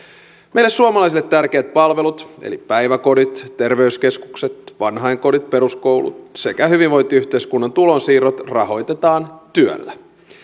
meille suomalaisille tärkeät palvelut eli päiväkodit terveyskeskukset vanhainkodit peruskoulut sekä hyvinvointiyhteiskunnan tulonsiirrot rahoitetaan työllä